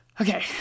Okay